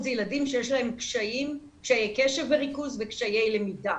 ילדים שיש להם קשיי קשב וריכוז וקשיי למידה.